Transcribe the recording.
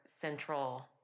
central